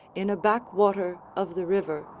in a back-water of the river,